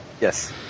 yes